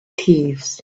thieves